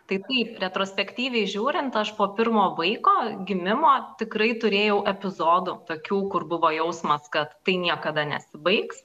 tai taip retrospektyviai žiūrint aš po pirmo vaiko gimimo tikrai turėjau epizodų tokių kur buvo jausmas kad tai niekada nesibaigs